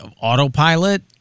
autopilot